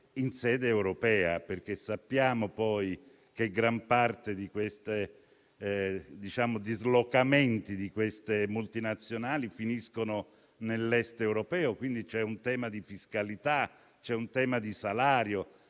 in sede europea, perché sappiamo poi che gran parte di questi dislocamenti di queste multinazionali finiscono nell'Est europeo; quindi c'è un tema di fiscalità, c'è un tema di salario